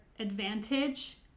Advantage